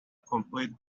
complete